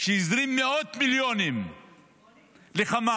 שהזרים מאות מיליונים לחמאס,